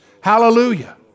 hallelujah